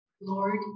Lord